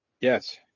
Yes